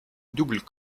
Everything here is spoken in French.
double